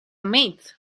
myth